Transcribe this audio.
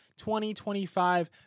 2025